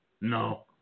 No